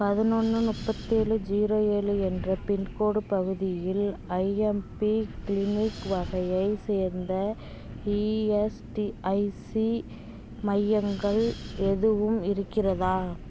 பதினொன்று முப்பத்தேலு ஜீரோ ஏழு என்ற பின்கோடு பகுதியில் ஐஎம்பி க்ளினிக் வகையைச் சேர்ந்த இஎஸ்டிஐசி மையங்கள் எதுவும் இருக்கிறதா